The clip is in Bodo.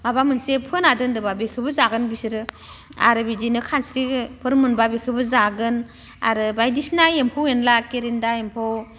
माबा मोनसे फोना दोनदोंबा बेखौबो जागोन बिसोरो आरो बिदिनो खानस्रिफोर मोनोबा बेखौबो जागोन आरो बायदिसिना एम्फौ एन्ला खेरेन्दाय एम्फौ